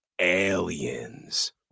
Aliens